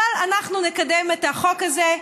אבל אנחנו נקדם את החוק הזה,